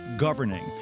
governing